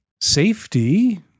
safety